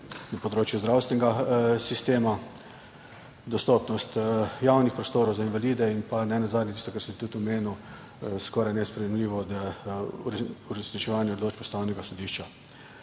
na področju zdravstvenega sistema, dostopnost javnih prostorov za invalide in nenazadnje tisto, kar sem že tudi omenil, skoraj nesprejemljivo, uresničevanja odločb Ustavnega sodišča.